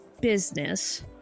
business